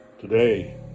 Today